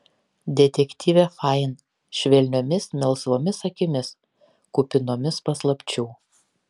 detektyvė fain švelniomis melsvomis akimis kupinomis paslapčių